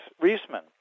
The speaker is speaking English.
Reisman